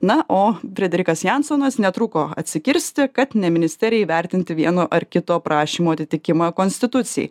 na o frederikas jansonas netruko atsikirsti kad ne ministerijai vertinti vieno ar kito prašymo atitikimą konstitucijai